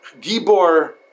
Gibor